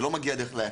זה לא מגיע דרך היק"ר.